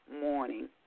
Morning